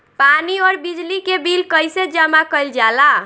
पानी और बिजली के बिल कइसे जमा कइल जाला?